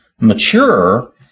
mature